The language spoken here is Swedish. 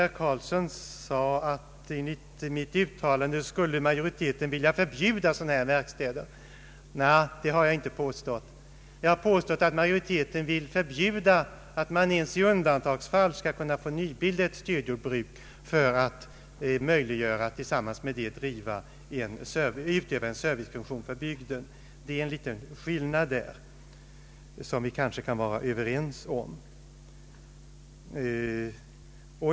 Herr Karlsson påstod att jag uttalat att utskottsmajoriteten ville förbjuda sådana här verkstäder. Det har jag inte påstått. Däremot sade jag att utskottsma joriteten vill förbjuda att man ens i undantagsfall skall få nybilda ett stödjordbruk för att parallellt med det bedriva serviceverksamhet för bygden. Det är en liten skillnad som vi kanske kan vara överens om.